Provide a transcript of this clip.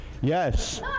Yes